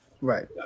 Right